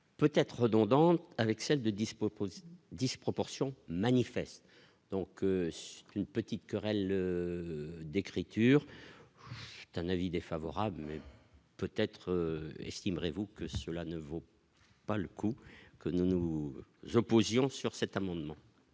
peut-être redondantes avec celles de dispo disproportion manifeste donc une petite. Querelle d'écriture d'un avis défavorable. Peut-être estimerait vous que cela ne vaut pas le coup que nous nous je posions sur cet amendement.